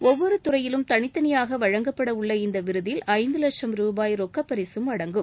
ஒவ்வொரு துறையிலும் தனித்தனியாக வழங்கப்பட உள்ள இந்த விருதில் ஐந்து வட்சம் ரூபாய் ரொக்கப்பரிசும் அடங்கும்